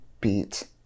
beat